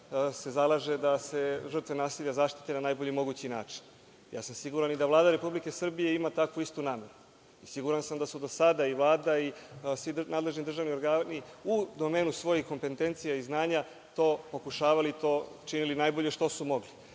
se zalaže da se žrtve nasilja zaštite na najbolji mogući način. Siguran sam da i Vlada Republike Srbije ima takvu istu nameru. Siguran sam da su do sada Vlada i svi nadležni državni organi u domenu svojih kompentencija i znanja to pokušavali i činili najbolje što su